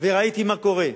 וראיתי מה קורה.